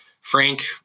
Frank